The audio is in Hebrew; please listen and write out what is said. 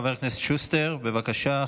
חבר הכנסת שוסטר, בבקשה.